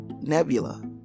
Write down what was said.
Nebula